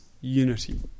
unity